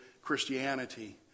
Christianity